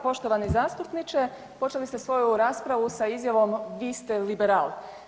Poštovani zastupniče, počeli ste svoju raspravu sa izjavom vi ste liberal.